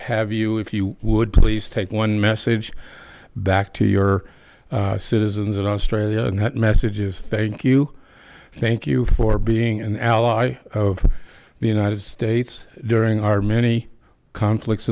have you if you would please take one message back to your citizens in australia and that message of thank you thank you for being an ally of the united states during our many conflicts